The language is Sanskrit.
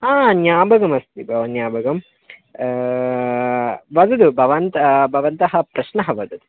हा ज्ञापकमस्ति भवान् ज्ञापकं वदतु भवन्तः भवन्तः प्रश्नः वदतु